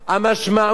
המשמעות,